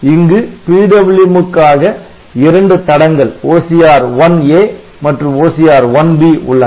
இங்கு PWM க்காக இரண்டு தடங்கள் OCR1A மற்றும் OCR1B உள்ளன